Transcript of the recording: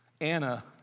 Anna